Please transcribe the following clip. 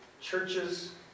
churches